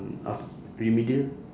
aft~ remedial